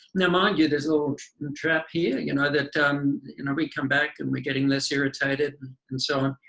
now mind you there's a little trap here. you know that um you know we come back and we're getting less irritated and so on,